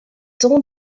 temps